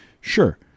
sure